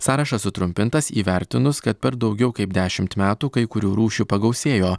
sąrašas sutrumpintas įvertinus kad per daugiau kaip dešimt metų kai kurių rūšių pagausėjo